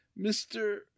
Mr